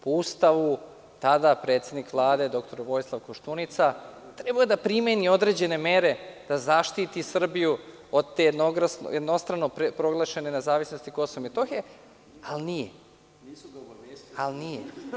Po Ustavu, tadašnji predsednik Vlade, dr Vojislav Koštunica, trebao je da primeni određene mere da zaštiti Srbiju od te jednostrano proglašene nezavisnosti Kosova i Metohije, ali nije.